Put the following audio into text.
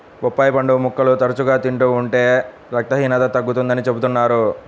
బొప్పాయి పండు ముక్కలు తరచుగా తింటూ ఉంటే రక్తహీనత తగ్గుతుందని చెబుతున్నారు